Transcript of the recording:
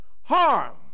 Harm